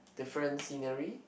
different scenery